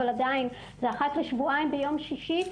אבל עדיין זה אחת לשבועיים ביום שישי,